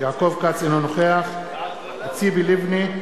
נגד ציפי לבני,